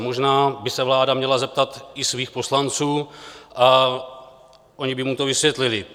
Možná by se vláda měla zeptat i svých poslanců a oni by jí to vysvětlili.